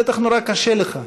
בטח נורא קשה לך.